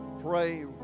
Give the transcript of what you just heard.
pray